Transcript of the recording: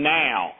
now